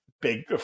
big